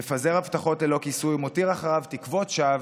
מפזר הבטחות ללא כיסוי ומותיר אחריו תקוות שווא